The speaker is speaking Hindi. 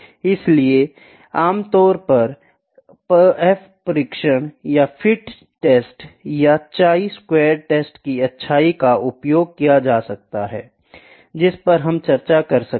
इसलिए यह आमतौर पर F परीक्षण या fit test chi squared test की अच्छाई का उपयोग किया जाता है जिस पर हम चर्चा कर सकते हैं